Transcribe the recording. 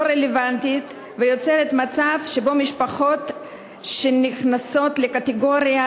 רלוונטית שיוצרת מצב שבו משפחות שנכנסות לקטגוריה